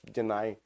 deny